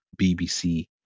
bbc